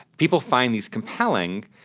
people find these compelling,